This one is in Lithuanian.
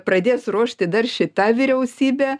pradės ruošti dar šita vyriausybė